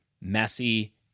messy